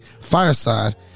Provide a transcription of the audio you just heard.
fireside